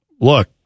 look